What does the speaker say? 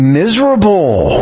miserable